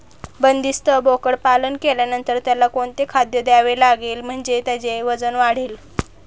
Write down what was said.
बंदिस्त बोकडपालन केल्यानंतर त्याला कोणते खाद्य द्यावे लागेल म्हणजे त्याचे वजन वाढेल?